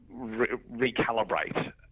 recalibrate